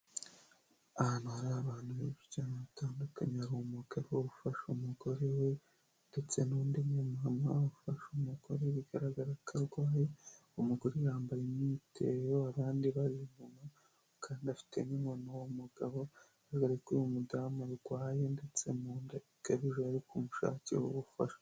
Ahantu hari abantu benshi cyane batandukanye, hari umugabo ufashe umugore we ndetse n'undi muntu na we ufashe umugore bigaragara ko arwaye, umugore yambaye umwitero abandi bari inyuma kandi afite n'inkoni uwo mugabo, bigaragare ko uyu mudamu arwaye ndetse n'imyenda yacitse bari kumushakira ubufasha.